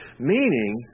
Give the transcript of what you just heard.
Meaning